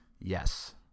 Yes